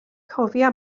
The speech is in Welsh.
cofia